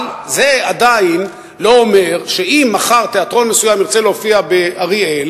אבל זה עדיין לא אומר שאם מחר תיאטרון מסוים ירצה להופיע באריאל